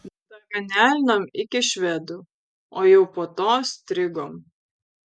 daganialinom iki švedų o jau po to strigom